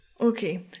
Okay